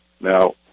Now